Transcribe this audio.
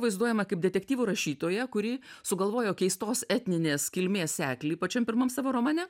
vaizduojama kaip detektyvų rašytoja kuri sugalvojo keistos etninės kilmės seklį pačiam pirmam savo romane